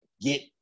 get